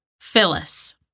Phyllis